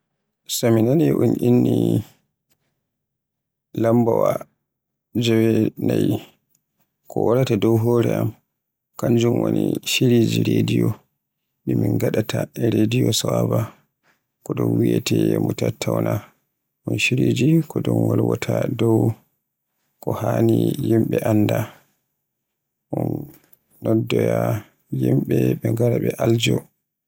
So mi nani un inni lambaawa jewenay, ko waraata dow hore am kanjum woni shiriji rediyo dɗ min hadaata, e rediyo Sawaba ko ɗun wiyeete "mutattauna" un shiriji ko wolwaata do ko haani yimɓe annda. Ɗun noddoya yimɓe ɓe ngara ɓe aljo.